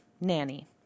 Nanny